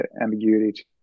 ambiguity